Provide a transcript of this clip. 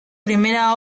primera